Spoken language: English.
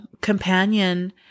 companion